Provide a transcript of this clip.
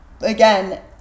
again